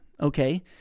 Okay